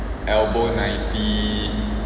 elbow ninety